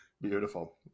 Beautiful